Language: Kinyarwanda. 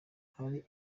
hari